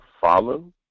follow